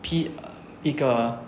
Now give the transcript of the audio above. P err 一个